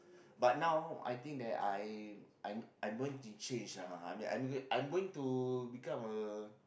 but now I think that I I'm I'm going to change ah I'm I'm I'm going to become a